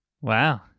Wow